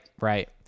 right